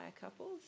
couples